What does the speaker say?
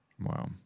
Wow